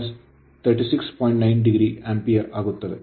9o o ampere ampere ಆಗುತ್ತದೆ